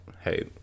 hey